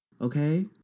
okay